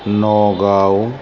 Nagaon